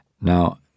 now